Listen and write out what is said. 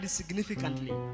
significantly